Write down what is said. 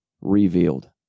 revealed